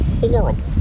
horrible